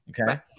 okay